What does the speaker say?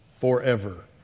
Forever